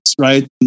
right